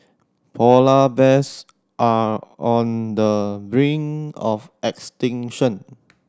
polar bears are on the brink of extinction